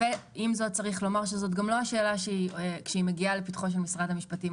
עם זאת יש לומר שזאת לא השאלה שמגיעה לפתחו של משרד המשפטים.